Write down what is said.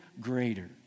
greater